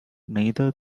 neither